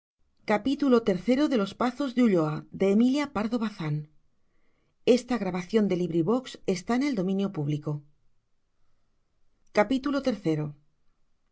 los pazos de ulloa emilia pardo bazán tomo i